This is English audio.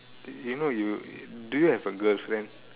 you know you do you have a girlfriend